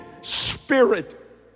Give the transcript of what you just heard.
spirit